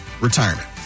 retirement